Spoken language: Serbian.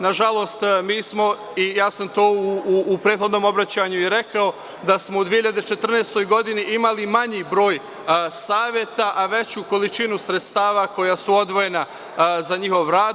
Na žalost, mi smo, ja sam to u prethodnom obraćanju i rekao da smo u 2014. godini imali manji broj saveta, a veću količinu sredstava koja su odvojena za njihov rad.